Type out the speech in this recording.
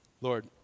Lord